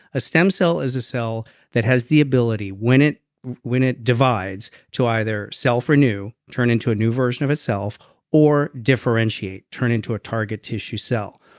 a stem cell is a cell that has the ability when it when it divides to either cell for new. turn into a new version of itself or differentiate, turn into a target tissue cell.